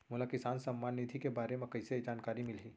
मोला किसान सम्मान निधि के बारे म कइसे जानकारी मिलही?